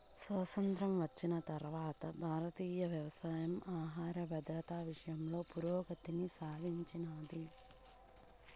స్వాతంత్ర్యం వచ్చిన తరవాత భారతీయ వ్యవసాయం ఆహర భద్రత విషయంలో పురోగతిని సాధించినాది